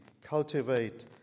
Cultivate